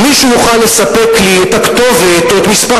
אם מישהו יוכל לספק לי את הכתובת או את מספר